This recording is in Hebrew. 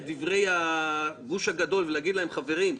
דברי הגוש הגדול ולהגיד להם: חברים,